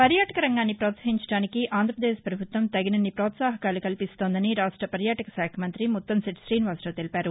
పర్యాటక రంగాన్ని ప్రోత్సహించడానికి ఆంధ్రప్రదేశ్ ప్రభుత్వం తగినన్ని ప్రోత్సాహకాలు కల్పిస్తోందని రాష్ట పర్యాటక శాఖ మంతి ముత్తంశెట్లి శ్రీనివాసరావు తెలిపారు